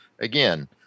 again